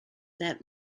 that